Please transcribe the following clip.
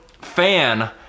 Fan